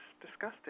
disgusting